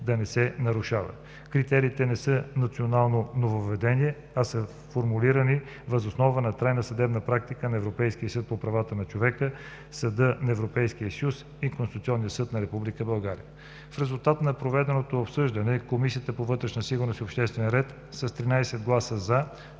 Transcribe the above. да не се нарушава. Критериите не са национално нововъведение, а са формулирани въз основа на трайната съдебна практика на Европейския съд по правата на човека, Съда на Европейския съюз и Конституционния съд на Република България. В резултат на проведеното обсъждане Комисията по вътрешна сигурност и обществен ред с 13 гласа